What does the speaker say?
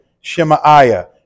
Shemaiah